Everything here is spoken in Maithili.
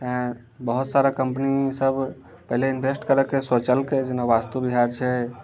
तैँ बहुत सारा कंपनी सभ पहले इन्वेस्ट करैके सोचलके जेना वास्तु विहार छै